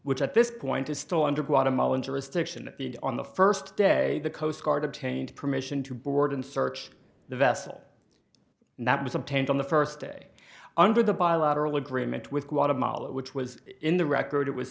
which at this point is still under guatemalan jurisdiction the on the first day the coast guard obtained permission to board and search the vessel that was obtained on the first day under the bilateral agreement with guatemala which was in the record it was